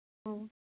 ꯑꯣ